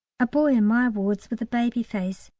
a boy in my wards, with a baby face,